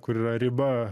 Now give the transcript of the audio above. kur yra riba